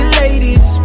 ladies